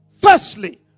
Firstly